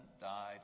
died